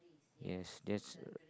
yes that's